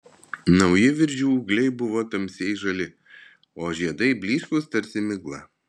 nauji viržių ūgliai buvo tamsiai žali o žiedai blyškūs tarsi migla